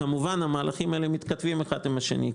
כמובן שהמהלכים האלה מתכתבים אחד עם השני,